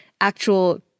actual